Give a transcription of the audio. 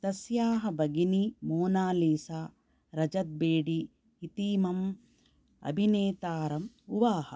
तस्याः भगिनी मोनालिसा रजत् बेडी इतीमम् अभिनेतारम् उवाह